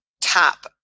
tap